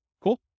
Cool